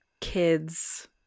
kids